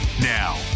Now